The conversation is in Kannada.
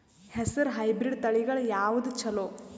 ಹೆಸರ ಹೈಬ್ರಿಡ್ ತಳಿಗಳ ಯಾವದು ಚಲೋ?